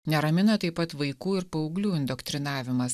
neramina taip pat vaikų ir paauglių indoktrinavimas